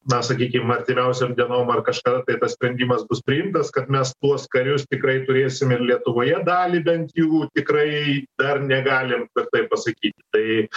na sakykim artimiausiom dienom ar kažkada tai tas sprendimas bus priimtas kad mes tuos karius tikrai turėsim ir lietuvoje dalį bent jų tikrai dar negalim tvirtai pasakyti tai